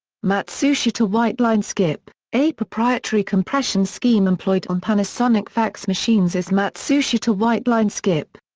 matsushita whiteline skip a proprietary compression scheme employed on panasonic fax machines is matsushita whiteline skip.